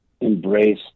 embrace